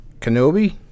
Kenobi